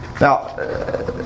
Now